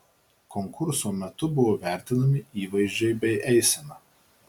konkurso metu buvo vertinami įvaizdžiai bei eisena